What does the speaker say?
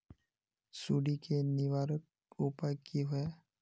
सुंडी के निवारक उपाय का होए?